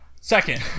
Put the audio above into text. Second